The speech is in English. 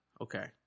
okay